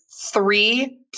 three